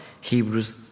Hebrews